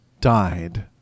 died